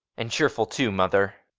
and cheerful too, mother!